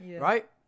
Right